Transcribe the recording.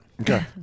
okay